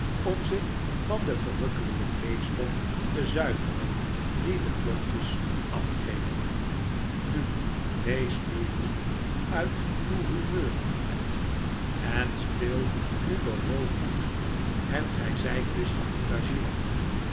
om ze van de verrukkelyke kleefstof te zuiveren die de klontjes afgeven nu wees nu niet uit uw humeur ed en speel uwe rol goed en gy zijt dus